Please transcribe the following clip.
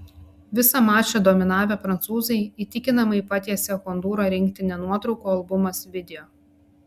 visą mačą dominavę prancūzai įtikinamai patiesė hondūro rinktinę nuotraukų albumas video